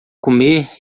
comer